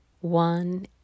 one